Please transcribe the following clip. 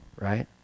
right